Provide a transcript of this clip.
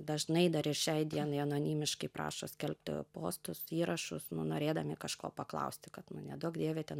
dažnai dar ir šiai dienai anonimiškai prašo skelbti postus įrašus nu norėdami kažko paklausti kad neduok dieve ten